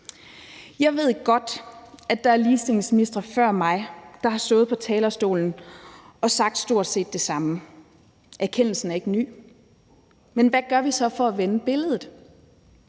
Jeg ved godt, at der er ligestillingsministre før mig, der har stået på talerstolen og sagt stort set det samme. Erkendelsen er ikke ny. Men hvad gør vi så for at vende billedet?